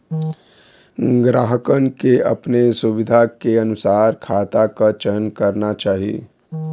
ग्राहकन के अपने सुविधा के अनुसार खाता क चयन करना चाही